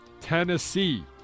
Tennessee